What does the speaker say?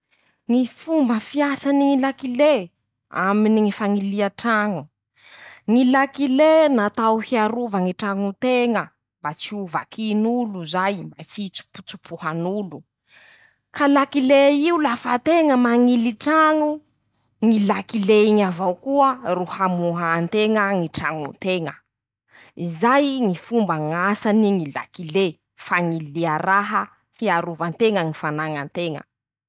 Ñy fomba fiasany ñy lakile aminy ñy fañilia traño: -ñy lakile natao hiarova ñy trañon-teña mba tsy ho vakin'olo zay. mba tsy hitsopotsopohan'olo. ka lakile io lafa teña mañily traño, ñy lakile iñy avao koa ro hamohan-teña ñy trañon-teña. izay ñy fomba ñ'asany ñy lakile. fañilia raha hiarovan-teña ñy fanañan-teña.